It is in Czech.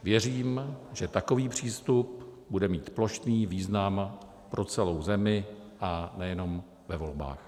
Věřím, že takový přístup bude mít plošný význam pro celou zemi, a nejenom ve volbách.